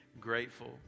grateful